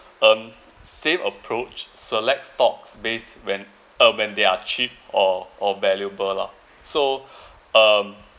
um same approach select stocks based when uh when they are cheap or or valuable lah so um